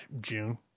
June